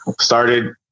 started